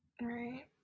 Right